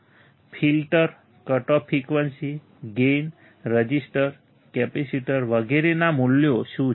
filter cut off frequency gain resistors capacitors વગેરેના મૂલ્યો શું છે